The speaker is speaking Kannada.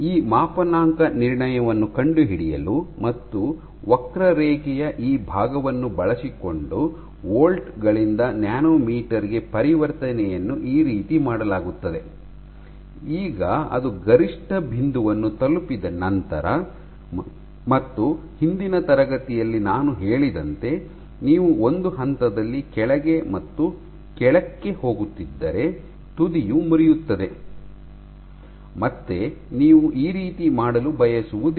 ಈ ಮಾಪನಾಂಕ ನಿರ್ಣಯವನ್ನು ಕಂಡುಹಿಡಿಯಲು ಮತ್ತು ವಕ್ರರೇಖೆಯ ಈ ಭಾಗವನ್ನು ಬಳಸಿಕೊಂಡು ವೋಲ್ಟ್ ಗಳಿಂದ ನ್ಯಾನೊಮೀಟರ್ ಗೆ ಪರಿವರ್ತನೆಯನ್ನು ಈ ರೀತಿಯಾಗಿ ಮಾಡಲಾಗುತ್ತದೆ ಈಗ ಅದು ಗರಿಷ್ಠ ಬಿಂದುವನ್ನು ತಲುಪಿದ ನಂತರ ಮತ್ತು ಹಿಂದಿನ ತರಗತಿಯಲ್ಲಿ ನಾನು ಹೇಳಿದಂತೆ ನೀವು ಒಂದು ಹಂತದಲ್ಲಿ ಕೆಳಗೆ ಮತ್ತು ಕೆಳಕ್ಕೆ ಹೋಗುತ್ತಿದ್ದರೆ ತುದಿಯು ಮುರಿಯುತ್ತದೆ ಮತ್ತೆ ನೀವು ಆ ರೀತಿ ಮಾಡಲು ಬಯಸುವುದಿಲ್ಲ